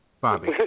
Bobby